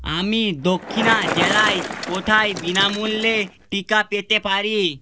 আমি দক্ষিণা জেলায় কোথায় বিনামূল্যে টিকা পেতে পারি